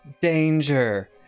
danger